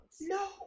No